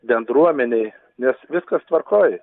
bendruomenei nes viskas tvarkoj